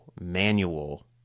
manual